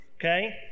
Okay